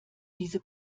diese